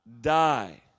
die